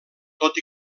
tot